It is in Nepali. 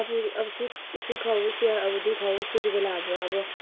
आफू अब सुख सुख होस् या अब दुःख होस् त्यति बेला हाम्रो अब